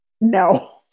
No